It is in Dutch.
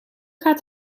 gaat